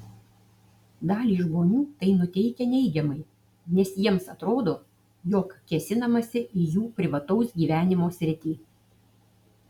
dalį žmonių tai nuteikia neigiamai nes jiems atrodo jog kėsinamasi į jų privataus gyvenimo sritį